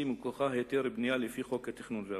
מכוחה היתר בנייה לפי חוק התכנון והבנייה,